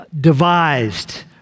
devised